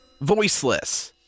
Voiceless